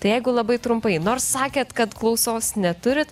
tai jeigu labai trumpai nors sakėt kad klausos neturit